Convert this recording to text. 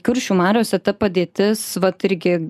kuršių mariose ta padėtis vat irgi